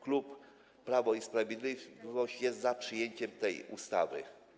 Klub Prawo i Sprawiedliwość jest za przyjęciem tej ustawy.